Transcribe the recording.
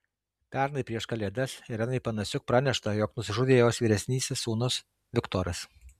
pernai prieš kalėdas irenai panasiuk pranešta jog nusižudė jos vyresnysis sūnus viktoras